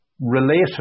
related